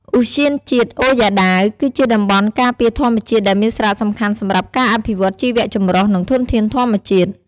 ឧទ្យានជាតិអូរយ៉ាដាវ គឺជាតំបន់ការពារធម្មជាតិដែលមានសារៈសំខាន់សម្រាប់ការអភិរក្សជីវៈចម្រុះ និងធនធានធម្មជាតិ។